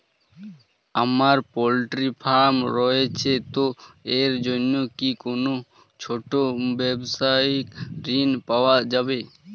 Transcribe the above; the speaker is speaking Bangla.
আমার পোল্ট্রি ফার্ম রয়েছে তো এর জন্য কি কোনো ছোটো ব্যাবসায়িক ঋণ পাওয়া যাবে?